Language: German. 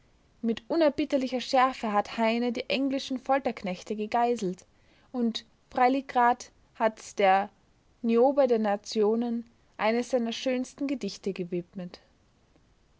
mit unerbittlicher schärfe hat heine die englischen folterknechte gegeißelt und freiligrath hat der niobe der nationen eines seiner schönsten gedichte gewidmet